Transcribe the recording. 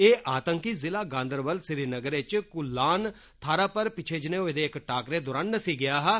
एह् आतंकी ज़िला गांदरबल श्रीनगर इच कुल्लाण थाह्रा पर पिच्छे जनेह् होए दे इक्क टाकरे दौरान नस्सी गेदा हा